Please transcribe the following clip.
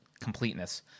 completeness